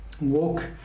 walk